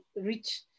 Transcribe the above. reach